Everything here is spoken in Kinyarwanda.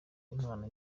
impano